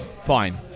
fine